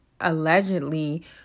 allegedly